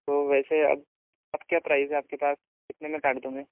वह वैसे अब अब क्या प्राइज़ है आपके पास कितने में काट दोगे